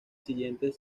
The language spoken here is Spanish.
siguientes